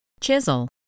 Chisel